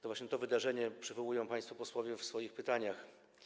To właśnie to wydarzenie przywołują państwo posłowie w swoich pytaniach.